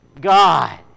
God